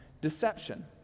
deception